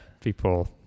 People